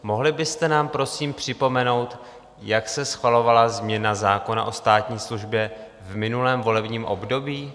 Mohli byste nám, prosím, připomenout, jak se schvalovala změna zákona o státní službě v minulém volebním období?